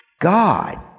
God